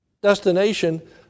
destination